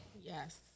Yes